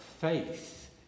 faith